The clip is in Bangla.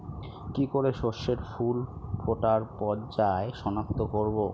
কি করে শস্যের ফুল ফোটার পর্যায় শনাক্ত করব?